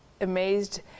amazed